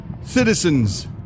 citizens